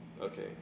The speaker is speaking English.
Okay